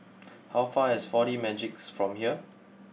how far is four D Magix from here